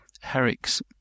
Herrick's